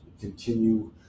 continue